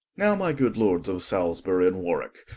now my good lords of salisbury and warwick,